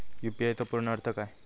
UPI चो पूर्ण अर्थ काय?